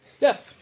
Yes